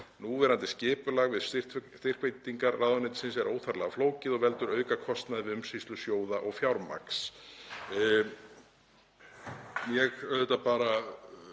Núverandi skipulag við styrkveitingar ráðuneytisins er óþarflega flókið og veldur aukakostnaði við umsýslu sjóða og fjármagns.“ Ég auðvitað fagna